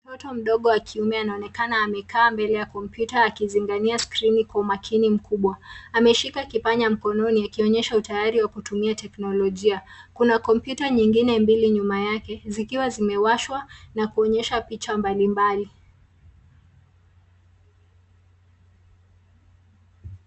Mtoto mdogo wa kiume anaonekana amekaa mbele ya kompyuta akizingatia skrini kwa umakini kubwa. Amemshika kipanya mkononi akionyesha utayari wa kutumia teknolojia. Kuna kompyuta nyingine mbili nyuma yake, zikiwa zimewashwa na kuonyesha picha mbalimbali.